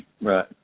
Right